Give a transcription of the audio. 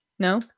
No